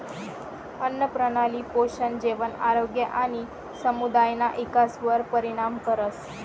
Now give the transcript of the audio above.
आन्नप्रणाली पोषण, जेवण, आरोग्य आणि समुदायना इकासवर परिणाम करस